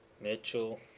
Mitchell